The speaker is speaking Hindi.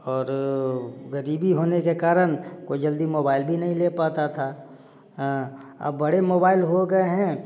और गरीबी होने के कारण कोई जल्दी मोबाइल भी नहीं ले पाता था अब बड़े मोबाइल हो गए हैं